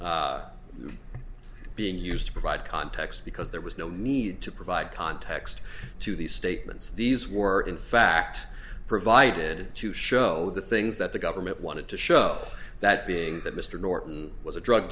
s being used to provide context because there was no need to provide context to these statements these were in fact provided to show the things that the government wanted to show that being that mr norton was a drug